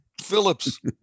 Phillips